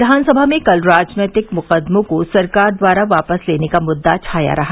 विधानसभा में कल राजनैतिक मुकदमों को सरकार द्वारा वापस लेने का मुद्दा छाया रहा